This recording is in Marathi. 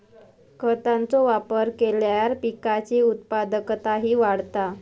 खतांचो वापर केल्यार पिकाची उत्पादकताही वाढता